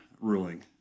ruling